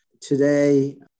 Today